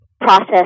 process